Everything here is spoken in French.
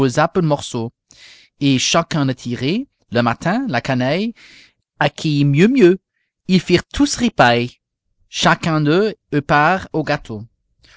morceau et chacun de tirer le mâtin la canaille à qui mieux mieux ils firent tous ripaille chacun d'eux eut une part au gâteau